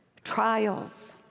trials,